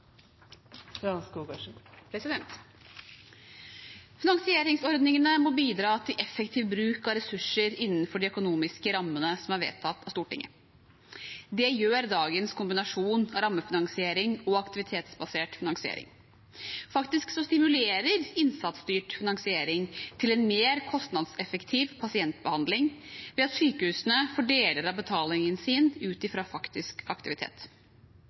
vedtatt på Stortinget. Det gjør dagens kombinasjon av rammefinansiering og aktivitetsbasert finansiering. Innsatsstyrt finansiering stimulerer til en mer kostnadseffektiv pasientbehandling ved at sykehusene får deler av betalingen sin ut ifra faktisk aktivitet.